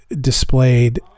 displayed